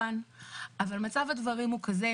אבל מצב הדברים הוא כזה,